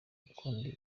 iki